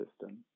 System